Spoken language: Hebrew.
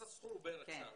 אז הסכום הוא בערך שם,